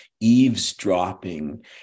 eavesdropping